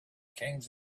kings